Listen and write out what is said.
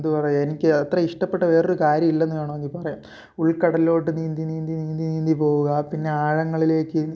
എന്തുവ പറയുക എനിക്ക് അത്ര ഇഷ്ടപ്പെട്ട വേറൊരു കാര്യം ഇല്ലെന്ന് വേണോങ്കിൽ പറയാം ഉൾകടൽലോട്ട് നീന്തി നീന്തി നീന്തി നീന്തി പോവുക പിന്നെ ആഴങ്ങളിലേക്ക്